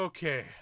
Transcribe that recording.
Okay